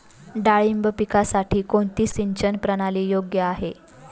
डाळिंब पिकासाठी कोणती सिंचन प्रणाली योग्य आहे?